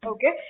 Okay